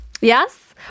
Yes